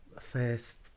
first